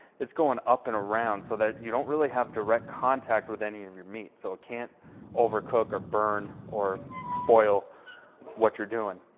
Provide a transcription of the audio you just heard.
it's going up and around so that you don't really have direct contact with any of your meat, so it can't overcook or burn or spoil what you're doing.